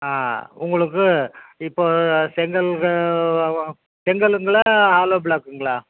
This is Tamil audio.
ஆ உங்களுக்கு இப்போ செங்கல் செங்கலுங்களா ஆலோ பிளாக்குங்களா